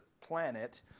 planet